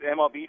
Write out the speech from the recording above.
MLB